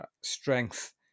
strength